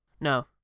No